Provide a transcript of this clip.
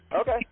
Okay